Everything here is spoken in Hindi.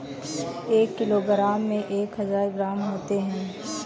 एक किलोग्राम में एक हजार ग्राम होते हैं